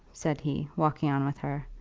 said he, walking on with her.